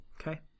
okay